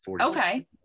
Okay